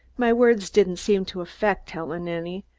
my words didn't seem to affect helen any,